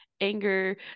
anger